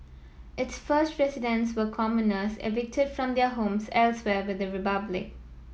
its first residents were commoners evicted from their homes elsewhere within the republic